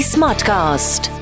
Smartcast